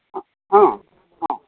அ ஆ ஆ